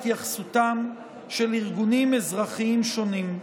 כמו כן נשמעה התייחסותם של ארגונים אזרחיים שונים.